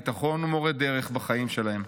ביטחון ומורה דרך בחיים שלהם.